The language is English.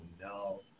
no